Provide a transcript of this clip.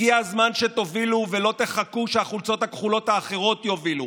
הגיע הזמן שתובילו ולא תחכו שהחולצות הכחולות האחרות יובילו.